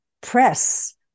press